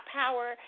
power